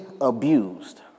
abused